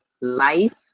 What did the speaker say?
life